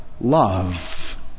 Love